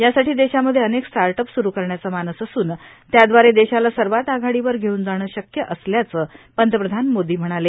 यासाठी देशामध्ये अनेक स्टार्ट अप सुरू करण्याचा मानस असून त्यादवारे देशाला सर्वात आघाडीवर घेऊन जाणे शक्य असल्याचं पंतप्रधान मोदी म्हणाले